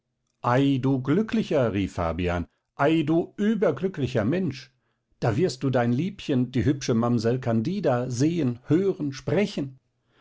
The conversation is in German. du glücklicher rief fabian ei du überglücklicher mensch da wirst du dein liebchen die hübsche mamsell candida sehen hören sprechen